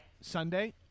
Sunday